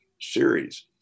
series